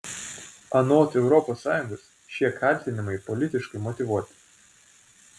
anot europos sąjungos šie kaltinimai politiškai motyvuoti